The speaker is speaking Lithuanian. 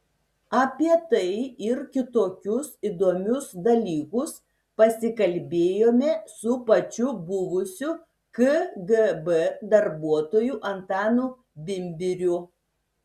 apie tai ir kitokius įdomius dalykus pasikalbėjome su pačiu buvusiu kgb darbuotoju antanu bimbiriu